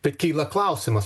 tai kyla klausimas